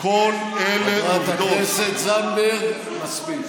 חברת הכנסת זנדברג, מספיק.